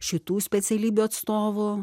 šitų specialybių atstovų